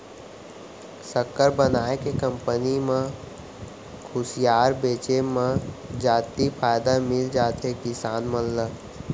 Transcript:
सक्कर बनाए के कंपनी म खुसियार बेचे म जादति फायदा मिल जाथे किसान मन ल